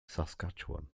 saskatchewan